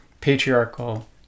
patriarchal